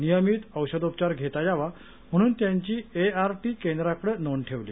नियमित औषधोपचार घेता यावा म्हणून त्यांची एआरटी केंद्राकडे नोंद ठेवली